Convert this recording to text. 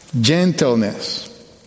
gentleness